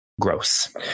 gross